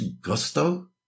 gusto